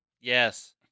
Yes